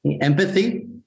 Empathy